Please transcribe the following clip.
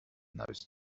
those